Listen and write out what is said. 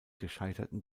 gescheiterten